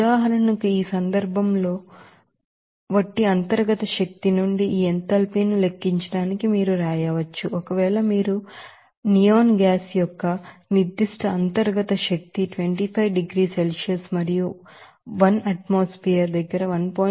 ఉదాహరణకు ఈ సందర్భంలో వంటి ఇంటర్నల్ ఎనర్జీ నుండి ఈ ఎంథాల్పీని లెక్కించడానికి మీరు చేయవచ్చు ఒకవేళ మీరు నియాన్ వాయువు యొక్క స్పెసిఫిక్ ఇంటర్నల్ ఎనర్జీ 25 డిగ్రీల సెల్సియస్ మరియు 1 వాతావరణం 1